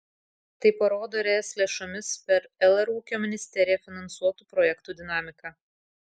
tai parodo ir es lėšomis per lr ūkio ministeriją finansuotų projektų dinamika